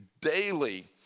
daily